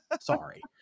Sorry